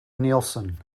nielsen